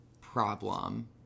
problem